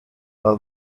are